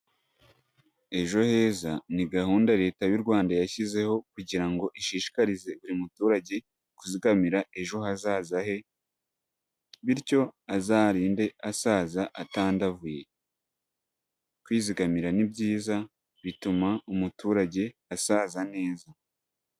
Ejo heza ni gahunda Leta y'u Rwanda yashyizeho, kugira ngo ishishikarize buri muturage kuzigamira ejo hazaza he, bityo azarinde asaza atandavuye. Kwizigamira ni byiza bituma umuturage asaza neza.